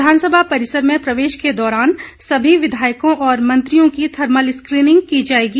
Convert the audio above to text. विधानसभा परिसर में प्रवेश के दौरान सभी विधायकों और मंत्रियों की थर्मल स्क्रीनिंग की जाएगी